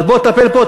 בוא טפל פה,